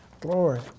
Glory